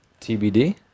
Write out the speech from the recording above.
TBD